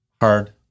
hard